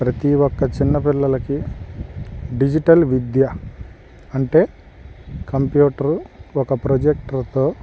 ప్రతీ ఒక్క చిన్నపిల్లలకి డిజిటల్ విద్య అంటే కంప్యూటర్ ఒక ప్రొజెక్టర్తో